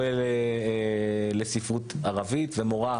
תואר ראשון שנקרא פכ"מ.